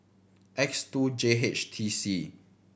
X two J H T C